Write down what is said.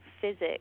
physics